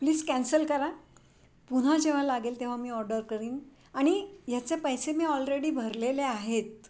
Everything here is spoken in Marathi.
प्लीज कॅन्सल करा पुन्हा जेव्हा लागेल तेव्हा मी ऑर्डर करीन आणि ह्याचे पैसे मी ऑलरेडी भरलेले आहेत